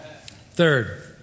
Third